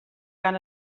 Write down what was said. gan